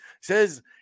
says